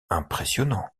impressionnants